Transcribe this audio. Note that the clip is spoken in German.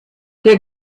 der